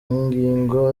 ngingo